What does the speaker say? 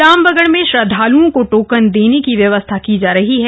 लामबगड़ में श्रद्धालूओं को टोकन देने की व्यवस्था की जा रही है